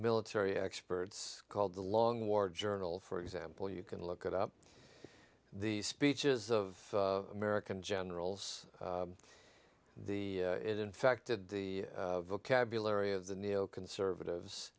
military experts called the long war journal for example you can look it up the speeches of american generals the it infected the vocabulary of the neoconservatives